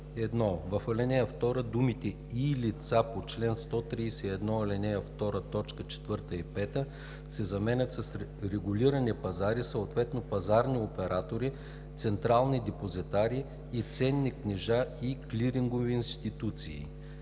В ал. 2 думите „и лица по чл. 131, ал. 2, т. 4 и 5“ се заменят с „регулирани пазари, съответно пазарни оператори, централни депозитари на ценни книжа и клирингови институции“.